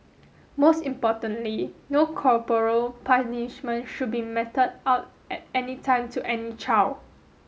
most importantly no corporal punishment should be meted out at any time to any child